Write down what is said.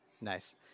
Nice